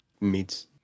meets